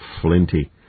flinty